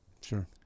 Sure